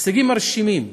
הישגים מרשימים,